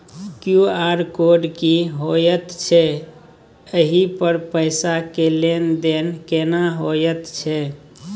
QR code की होयत छै एहि पर पैसा के लेन देन केना होयत छै?